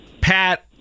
Pat